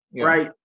right